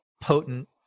potent